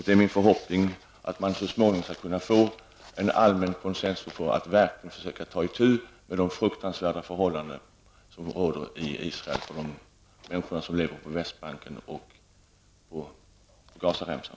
Det är min förhoppning att man så småningom skall kunna få en allmän consensus för att försöka ta itu med de fruktansvärda förhållanden som råder i Israel för de människor som bor på Västbanken och på Gazaremsan.